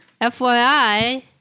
fyi